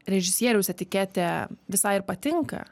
režisieriaus etiketė visai ir patinka